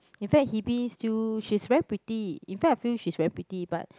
in fact Hebe still she's very pretty in fact I feel she's very pretty but